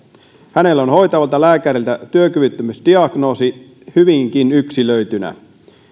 hänellä on hoitavalta lääkäriltä työkyvyttömyysdiagnoosi hyvinkin yksilöitynä